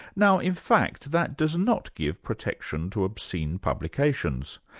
now in fact, that does not give protection to obscene publications,